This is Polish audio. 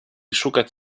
szukać